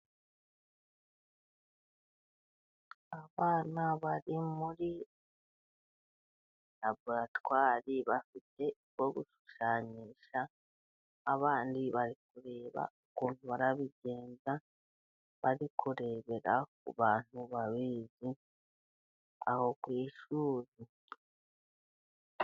Abana bari muri raboratwari bafite utwo gushushanyisha, abandi bari kureba ukuntu barabigenza bari kurebera ku bantu babizi aho ku ishuri.